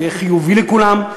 זה יהיה חיובי לכולם,